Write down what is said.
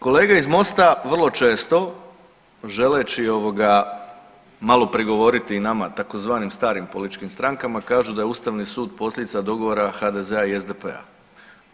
Kolega iz MOST-a vrlo često želeći malo prigovoriti nama tzv. starim političkim strankama, kažu da je Ustavni sud posljedica dogovora HDZ-a i SDP-a.